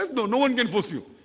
and no one can force you